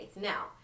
Now